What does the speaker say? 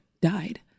died